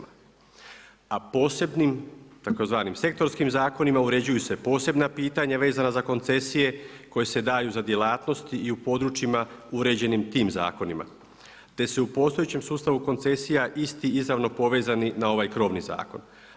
A posebnim tzv. sektorskim zakonima, uređuju se posebna pitanja vezana za koncesije koja se daju za djelatnosti i područjima uređenim tima zakonima, te se u postojećem sustavu koncesija isti izravno povezani na ovaj krovni zakon.